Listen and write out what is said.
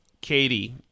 Katie